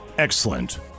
Excellent